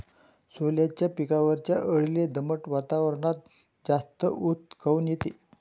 सोल्याच्या पिकावरच्या अळीले दमट वातावरनात जास्त ऊत काऊन येते?